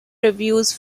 reviews